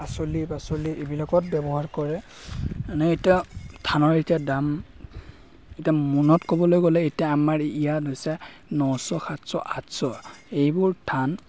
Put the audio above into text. পাচলি পাচলি এইবিলাকত ব্যৱহাৰ কৰে এনেই এতিয়া ধানৰ এতিয়া দাম এতিয়া মোনত ক'বলৈ গ'লে এতিয়া আমাৰ ইয়াত হৈছে নশ সাতশ আঠশ এইবোৰ ধান